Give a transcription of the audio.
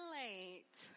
late